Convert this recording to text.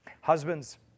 Husbands